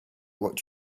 what